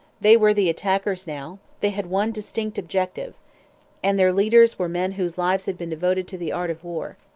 they were the attackers now they had one distinct objective and their leaders were men whose lives had been devoted to the art of war.